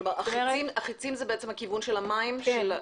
החצים הם הכיוון של המים כן.